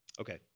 Okay